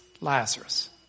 Lazarus